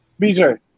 BJ